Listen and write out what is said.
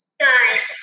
guys